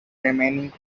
remaining